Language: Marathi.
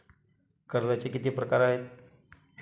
कर्जाचे किती प्रकार आहेत?